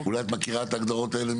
אולי את מכירה את ההגדרות האלה.